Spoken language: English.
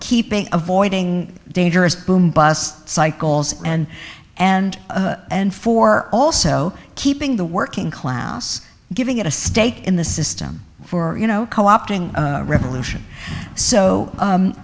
keeping avoiding dangerous boom bust cycles and and and for also keeping the working class giving it a stake in the system for you know co opting revolution so